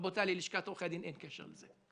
רבותי, ללשכת עורכי הדין אין קשר לזה.